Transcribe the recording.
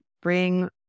bring